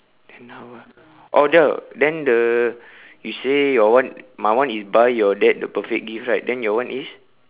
then how ah oh the then the you say your one my one is buy your dad the perfect gift right then your one is